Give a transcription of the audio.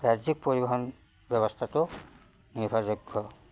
ৰাজ্যিক পৰিবহণ ব্যৱস্থাটো নিৰ্ভৰযোগ্য